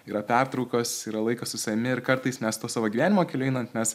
yra pertraukos yra laikas su savimi ir kartais mes to savo gyvenimo keliu einant mes